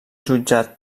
jutjat